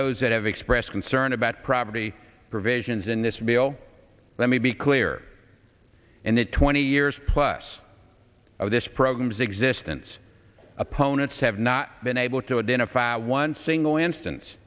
those that have expressed concern about property provisions in this bill let me be clear in the twenty years plus of this program's existence opponents have not been able to identify one single instance